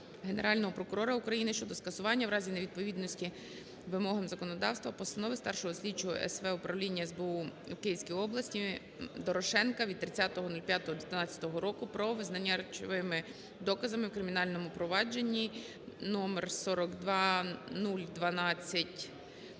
Генерального прокурора України щодо скасування, у разі невідповідності вимогам законодавства, постанови старшого слідчого СВ Управління СБУ в Київській області М. Дорошенка від 30.05.2012 року про визнання речовими доказами у кримінальному провадженні №